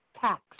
tax